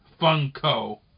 Funko